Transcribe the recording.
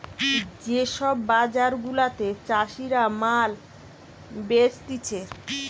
যে সব বাজার গুলাতে চাষীরা মাল বেচতিছে